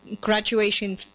Graduation